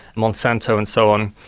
monsanto and so on,